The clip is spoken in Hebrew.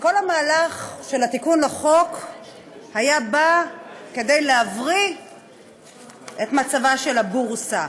וכל המהלך של התיקון לחוק היה כדי להבריא את הבורסה,